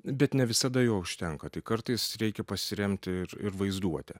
bet ne visada jo užtenka tai kartais reikia pasiremti ir ir vaizduote